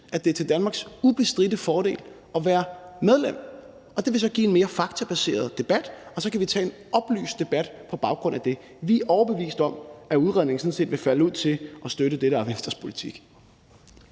at det er til Danmarks ubestridte fordel at være medlem. Det vil så give en mere faktabaseret debat, og så kan vi tage en oplyst debat på baggrund af det. Vi er overbevist om, at udredningen sådan set vil falde ud til at støtte det, der er Venstres politik.